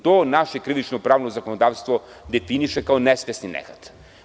To naše krivično-pravno zakonodavstvo definiše kao nesvesni nehat.